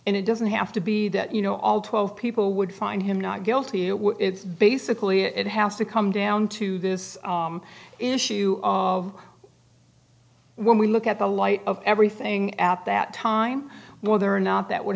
and it doesn't have to be that you know all twelve people would find him not guilty it would basically it has to come down to this issue of when we look at the light of everything at that time whether or not that would